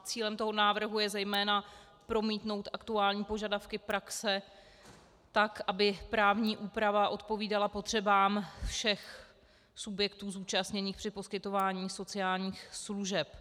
Cílem toho návrhu je zejména promítnout aktuální požadavky praxe tak, aby právní úprava odpovídala potřebám všech subjektů zúčastněných při poskytování sociálních služeb.